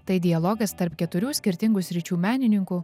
tai dialogas tarp keturių skirtingų sričių menininkų